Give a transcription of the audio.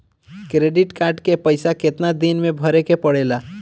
Credit card के पइसा कितना दिन में भरे के पड़ेला?